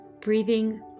Breathing